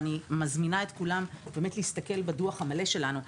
ואני מזמינה את כולם באמת להסתכל בדוח המלא שלנו.